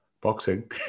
boxing